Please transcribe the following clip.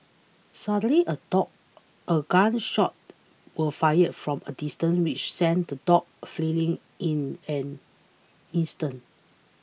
suddenly a dog a gun shot was fired from a distance which sent the dogs fleeing in an instant